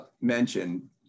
mentioned